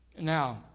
Now